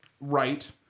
right